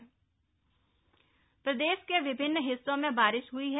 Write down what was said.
मौसम प्रदेश के विभिन्न हिस्सों में बारिश हई है